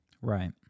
right